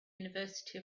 university